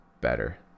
better